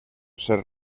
ser